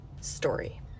story